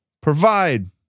provide